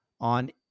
on